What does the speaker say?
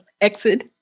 exit